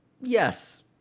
Yes